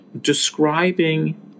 describing